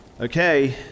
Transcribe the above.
Okay